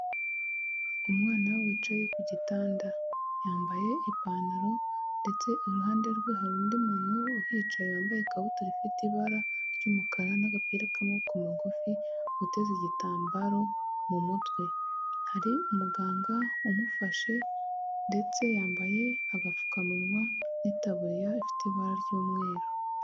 Umwana wicaye ku gitanda yambaye ipantaro ndetse iruhande hari undi muntu uhicaye wambaye ikabutura ifite ibara ry'umukara, n'agapira k'amaboko magufi, uteze igitambaro mu mutwe hari umuganga umufashe ndetse yambaye agapfukamunwa n'itaburiya, ifite ibara ry'umweru.